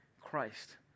Christ